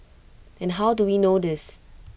and how do we know this